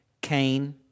Cain